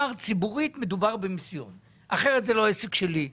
ציבורית מדובר במיסיון כי אחרת זה לא עסק שלי.